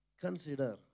consider